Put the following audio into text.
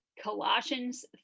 Colossians